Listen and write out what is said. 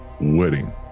wedding